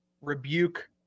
rebuke